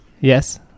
Yes